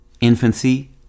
Infancy